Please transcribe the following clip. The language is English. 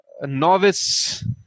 novice